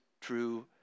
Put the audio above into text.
true